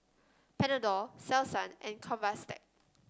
Panadol Selsun and Convatec